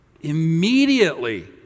immediately